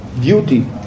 beauty